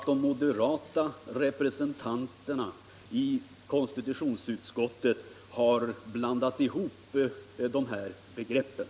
De moderata representanterna i konstitutionsutskottet har blandat ihop begreppen.